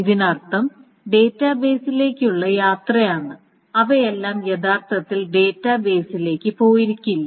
ഇതിനർത്ഥം ഡാറ്റാബേസിലേക്കുള്ള യാത്രയാണ് അവയെല്ലാം യഥാർത്ഥത്തിൽ ഡാറ്റാബേസിലേക്ക് പോയിരിക്കില്ല